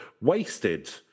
wasted